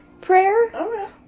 prayer